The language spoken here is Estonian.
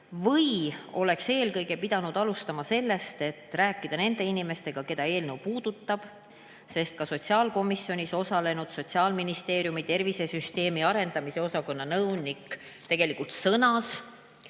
või oleks eelkõige pidanud alustama sellest, et räägitakse nende inimestega, keda eelnõu puudutab? Ka sotsiaalkomisjonis osalenud Sotsiaalministeeriumi tervisesüsteemi arendamise osakonna nõunik tegelikult sõnas